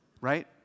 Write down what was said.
Right